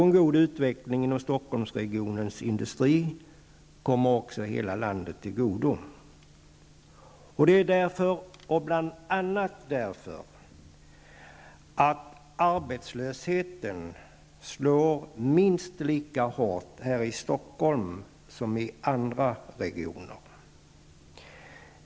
En god utveckling inom Stockholmsregionens industri kommer också hela landet till godo, bl.a. därför att arbetslösheten slår minst lika hårt här i Stockholm som i andra regioner.